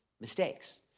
mistakes